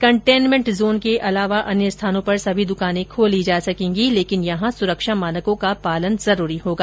containment zone के अलावा अन्य स्थानों पर सभी दुकानें खोली जा सकेंगी लेकिन यहां सुरक्षा मानको का पालन जरूरी होगा